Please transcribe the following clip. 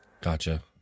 Gotcha